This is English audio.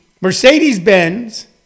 Mercedes-Benz